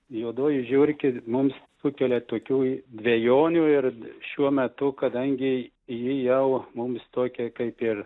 juodoji žiurkė mums sukelia tokių dvejonių ir šiuo metu kadangi ji jau mums tokia kaip ir